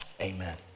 amen